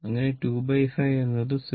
അങ്ങനെ 25 എന്നത് 0